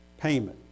payment